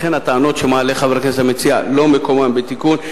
לכן הטענות שמעלה חבר הכנסת המציע לא מקומן בתיקון.